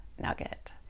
nugget